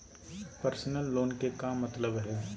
Personal loan के का मतलब हई?